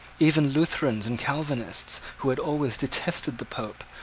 even lutherans and calvinists, who had always detested the pope,